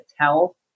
tell